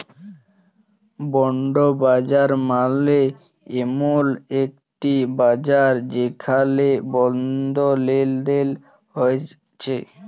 bond বাজার মালে এমল একটি বাজার যেখালে বন্ড লেলদেল হ্য়েয়